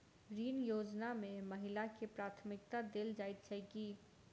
ऋण योजना मे महिलाकेँ प्राथमिकता देल जाइत छैक की?